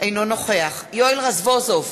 אינו נוכח יואל רזבוזוב,